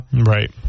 Right